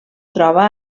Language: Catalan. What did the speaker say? troba